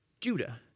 judah